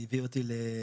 זה הביא אותי לדיאליזה,